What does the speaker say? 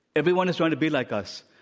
everyone is trying to be like us.